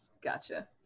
Gotcha